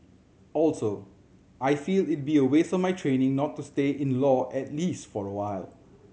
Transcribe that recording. also I feel it'd be a waste of my training not to stay in law at least for a while